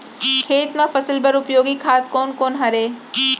खेत म फसल बर उपयोगी खाद कोन कोन हरय?